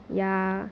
ya